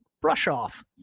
brush-off